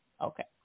Okay